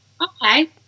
Okay